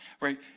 right